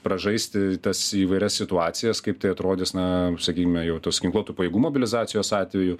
pražaisti tas įvairias situacijas kaip tai atrodys na sakykime jau tos ginkluotų pajėgų mobilizacijos atveju